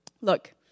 Look